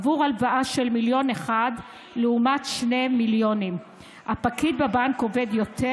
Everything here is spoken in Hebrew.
עבור הלוואה של מיליון אחד לעומת 2 מיליון הפקיד בבנק עובד יותר?